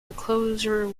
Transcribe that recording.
enclosure